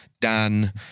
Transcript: Dan